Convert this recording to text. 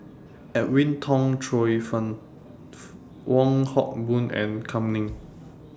Edwin Tong Chun Fai Wong Hock Boon and Kam Ning